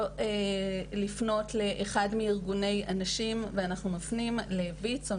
לפנות לאחד מארגוני הנשים ואנחנו מפנים לוויצ"ו,